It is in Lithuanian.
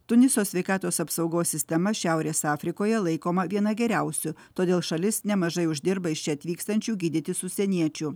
tuniso sveikatos apsaugos sistema šiaurės afrikoje laikoma viena geriausių todėl šalis nemažai uždirba iš čia atvykstančių gydytis užsieniečių